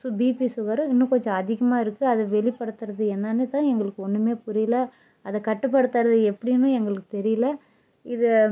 so BP sugar இன்னும் கொஞ்சம் அதிகமாக இருக்கு அது வெளிப்படுத்துறது என்னான்னு தான் எங்களுக்கு ஒன்றுமே புரியல அதைக் கட்டுப்படுத்துறது எப்படின்னும் எங்களுக்குத் தெரியல இது